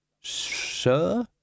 Sir